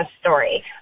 Story